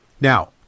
Now